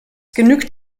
genügt